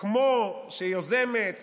כמו שיוזמת